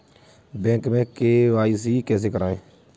Bank में KYC कैसे करायें?